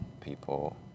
people